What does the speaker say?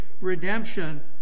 redemption